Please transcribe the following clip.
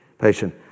patient